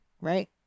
Right